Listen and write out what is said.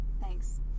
thanks